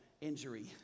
injury